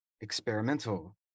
experimental